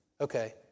Okay